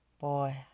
Boy